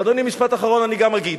אדוני, משפט אחרון, אני גם אגיד.